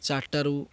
ଚାରିଟାରୁ